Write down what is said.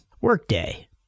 Workday